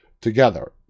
together